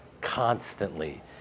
constantly